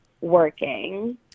working